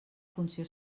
funció